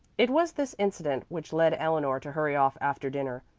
it was this incident which led eleanor to hurry off after dinner,